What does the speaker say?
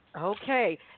Okay